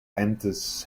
enters